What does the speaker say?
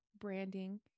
branding